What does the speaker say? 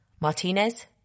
Martinez